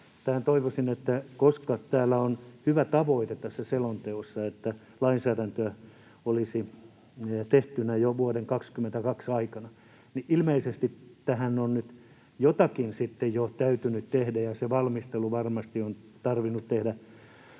edelleen. Täällä selonteossa on hyvä tavoite, että lainsäädäntö olisi tehtynä jo vuoden 22 aikana, niin että ilmeisesti tähän on nyt jotakin sitten jo täytynyt tehdä, ja se valmistelu varmasti on tarvinnut tehdä